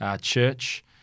church